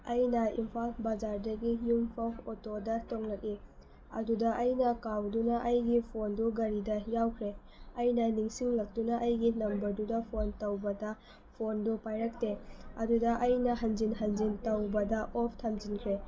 ꯑꯩꯅ ꯏꯝꯐꯥꯜ ꯕꯖꯥꯔꯗꯒꯤ ꯌꯨꯝ ꯐꯥꯎꯕ ꯑꯣꯇꯣꯗ ꯇꯣꯡꯂꯛꯏ ꯑꯗꯨꯗ ꯑꯩꯅ ꯀꯥꯎꯗꯨꯅ ꯑꯩꯒꯤ ꯐꯣꯟꯗꯨ ꯒꯥꯔꯤꯗ ꯌꯥꯎꯈ꯭ꯔꯦ ꯑꯩꯅ ꯅꯤꯡꯁꯤꯡꯂꯛꯇꯨꯅ ꯑꯩꯒꯤ ꯅꯝꯕꯔꯗꯨꯗ ꯐꯣꯟ ꯇꯧꯕꯗ ꯐꯣꯟꯗꯣ ꯄꯥꯏꯔꯛꯇꯦ ꯑꯗꯨꯗ ꯑꯩꯅ ꯍꯟꯖꯤꯟ ꯍꯟꯖꯤꯟ ꯇꯧꯕꯗ ꯑꯣꯐ ꯊꯝꯖꯤꯟꯈ꯭ꯔꯦ